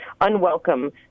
unwelcome